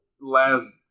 last